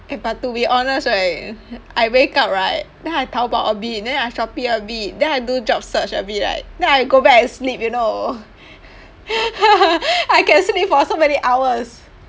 eh but to be honest right I wake up right then I Taobao a bit then I Shopee a bit then I do job search a bit right then I go back and sleep you know I can sleep for so many hours